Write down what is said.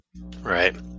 Right